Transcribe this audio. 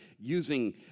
using